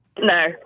No